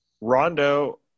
Rondo